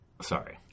Sorry